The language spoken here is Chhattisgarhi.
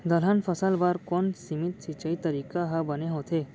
दलहन फसल बर कोन सीमित सिंचाई तरीका ह बने होथे?